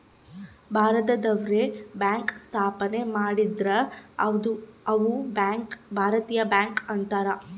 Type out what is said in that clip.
ಭಾರತದವ್ರೆ bank ಸ್ಥಾಪನೆ ಮಾಡಿದ್ರ ಅವು ಭಾರತೀಯ ಬ್ಯಾಂಕ್ ಅಂತಾರ